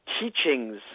teachings